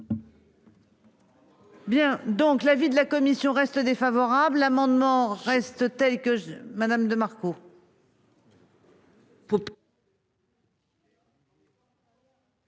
Bien donc l'avis de la commission reste défavorable amendement reste tels que Madame de.